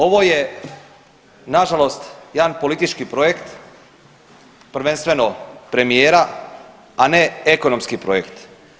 Ovo je nažalost jedan politički projekt, prvenstveno premijera, a ne ekonomski projekt.